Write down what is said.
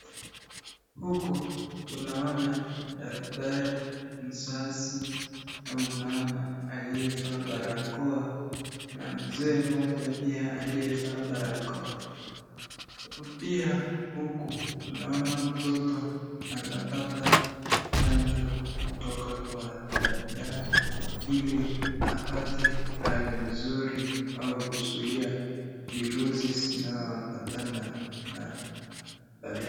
Huku tunaona daktari, mzazi au mama aliyevaa barakoa na mzee mmoja pia aliyevaa barakoa. Pia huku tunaona mtoto anapata chanjo kutoka kwa daktari ili apate hali nzuri au kuzuia virusi vinavyoambatana na baridi.